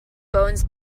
bones